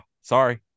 Sorry